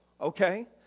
okay